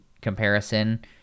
comparison